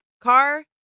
car